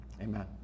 Amen